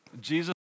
Jesus